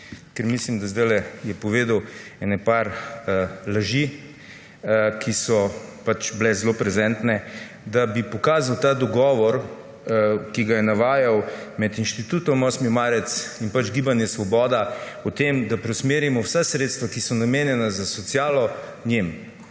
ker mislim, da je zdaj povedal nekaj laži, ki so bile zelo prezentne, da bi pokazal ta dogovor, ki ga je navajal, med Inštitutom 8. marec in Gibanjem Svoboda o tem, da preusmerimo vsa sredstva, ki so namenjena za socialo, njim.